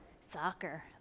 Soccer